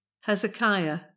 Hezekiah